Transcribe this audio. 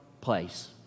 place